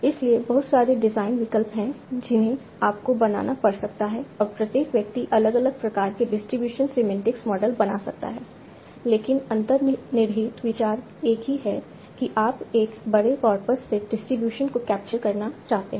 इसलिए बहुत सारे डिज़ाइन विकल्प हैं जिन्हें आपको बनाना पड़ सकता है और प्रत्येक व्यक्ति अलग अलग प्रकार के डिस्ट्रीब्यूशन सीमेन्टिक्स मॉडल बना सकता है लेकिन अंतर्निहित विचार एक ही है कि आप एक बड़े कॉर्पस से डिस्ट्रीब्यूशन को कैप्चर करना चाहते हैं